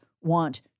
want